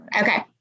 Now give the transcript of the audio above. Okay